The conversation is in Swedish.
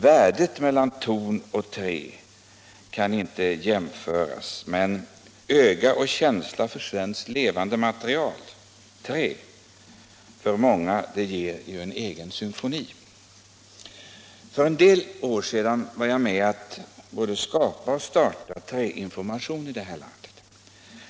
Värdet av ton och trä kan inte jämföras, men öga och känsla för trä, svenskt levande material, innebär för många en egen symfoni. För en del år sedan var jag med om att starta Träinformation här i landet.